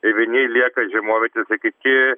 vieni lieka žiemovietėse kiti